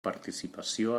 participació